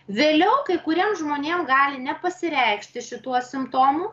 vėliau kai kuriem žmonėm gali nepasireikšti šituo simptomu